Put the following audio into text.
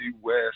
West –